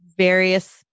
various